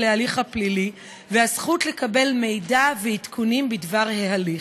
ההליך הפלילי והזכות לקבל מידע ועדכונים בדבר ההליך.